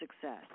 success